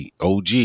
OG